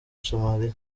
somalia